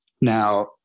Now